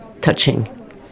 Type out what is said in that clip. touching